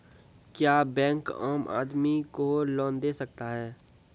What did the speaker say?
क्या बैंक आम आदमी को लोन दे सकता हैं?